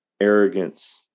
arrogance